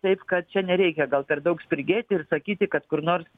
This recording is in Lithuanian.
taip kad čia nereikia gal per daug spirgėti ir sakyti kad kur nors